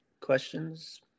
questions